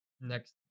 next